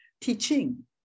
teaching